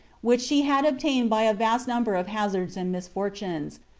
which she had obtained by a vast number of hazards and misfortunes,